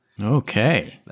Okay